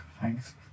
Thanks